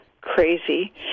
crazy